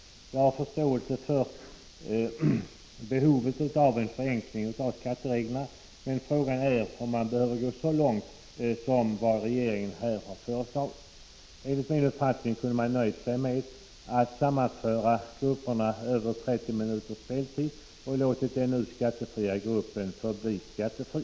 Jag har förståelse för behovet av en förenkling av skattereglerna, men frågan är om man behöver gå så långt som regeringen här har föreslagit. Enligt min uppfattning kunde man ha nöjt sig med att sammanföra de grupper av kassettband som har över 30 minuters speltid och låtit den nu skattefria gruppen förbli skattefri.